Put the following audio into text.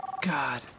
God